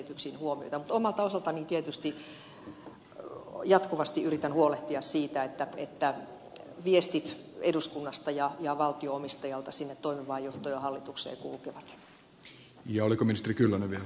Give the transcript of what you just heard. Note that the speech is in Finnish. mutta omalta osaltani tietysti jatkuvasti yritän huolehtia siitä että viestit eduskunnasta ja valtio omistajalta sinne toimivaan johtoon ja hallitukseen kulkevat